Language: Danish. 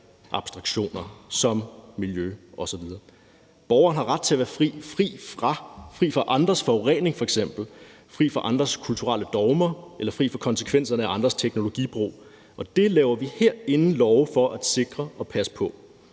abstraktioner som miljø osv. Borgerne har ret til at være fri, f.eks. fri fra andres forurening, fri fra andres kulturelle dogmer eller fri fra konsekvenserne af andres teknologibrug. Det laver vi herinde love for at sikre og passe på.